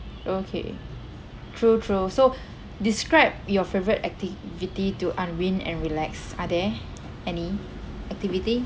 okay true true so describe your favorite activity to unwind and relax are there any activity